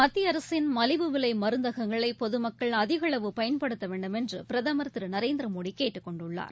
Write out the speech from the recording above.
மத்திய அரசின் மலிவு விலை மருந்தகங்களை பொதுமக்கள் அதிகளவு பயன்படுத்த வேண்டும் என்று பிரதமர் திரு நரேந்திர மோடி கேட்டுக் கொண்டுள்ளார்